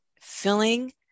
filling